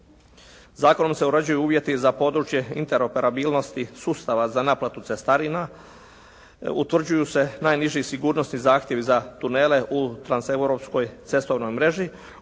Zakonom se uređuju uvjeti za područje interoperabilnosti sustava za naplatu cestarina. Utvrđuju se najniži sigurnosni zahtjevi za tunele u transeuropskoj cestovnoj mreži